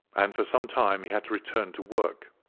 and for some time he had to return to work,